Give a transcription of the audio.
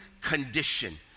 condition